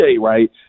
right